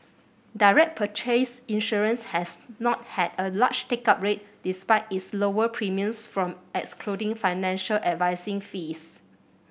direct purchase insurance has not had a large take up rate despite its lower premiums from excluding financial advising fees